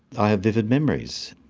i have vivid memories.